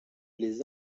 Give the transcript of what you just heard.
les